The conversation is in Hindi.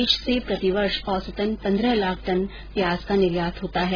देश से प्रतिवर्ष औसतन पंद्रह लाख टन प्याज का निर्यात होता है